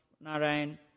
Narayan